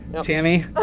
Tammy